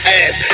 ass